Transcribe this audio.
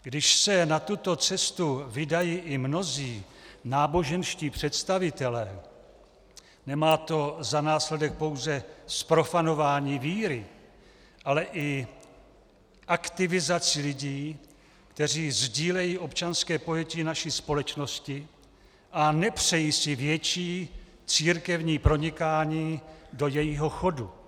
Když se na tuto cestu vydají i mnozí náboženští představitelé, nemá to za následek pouze zprofanování víry, ale i aktivizaci lidí, kteří sdílejí občanské pojetí naší společnosti a nepřejí si větší církevní pronikání do jejího chodu.